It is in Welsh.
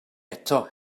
eto